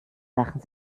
lachen